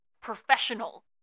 professional